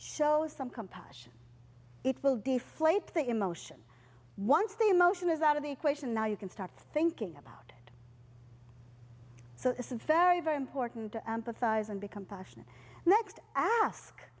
shows some compassion it will deflate the emotion once the emotion is out of the question now you can start thinking about it so it's very very important to empathize and become passionate